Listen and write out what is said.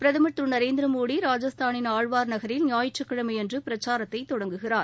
பிரதுர் திரு நரேந்திர மோடி ராஜஸ்தானனின் ஆழ்வாா் நகரில் ஞாயிற்றுக்கிழமை அன்று பிரச்சாரத்தை தொடங்குகிறார்